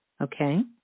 Okay